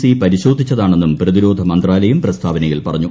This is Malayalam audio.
സി പരിശോധിച്ചതാണെന്നും പ്രതിരോധ മന്ത്രാലയം പ്രസ്താവനയിൽ പറഞ്ഞു